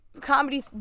comedy